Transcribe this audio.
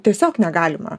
tiesiog negalima